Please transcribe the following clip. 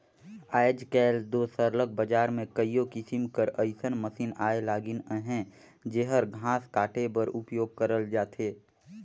आएज काएल दो सरलग बजार में कइयो किसिम कर अइसन मसीन आए लगिन अहें जेहर घांस काटे बर उपियोग करल जाथे